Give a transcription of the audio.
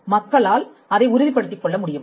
மக்களால் அதை உறுதிப்படுத்திக் கொள்ள முடியும்